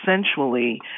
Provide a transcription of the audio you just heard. essentially